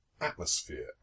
atmosphere